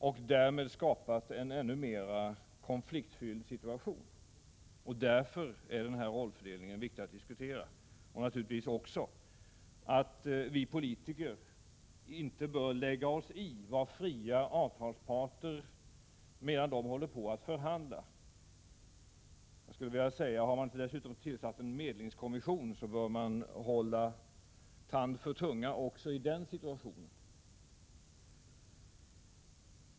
Därmed har man skapat en ännu mer konfliktfylld situation, och därför är rollfördelningen viktig att diskutera. Naturligtvis är det viktigt också att vi politiker inte lägger oss i vad fria avtalsparter förhandlar om, medan de håller på att förhandla. Och jag skulle vilja säga: Har man dessutom tillsatt en medlingskommission bör man hålla tand för tunga i den situationen.